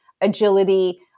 agility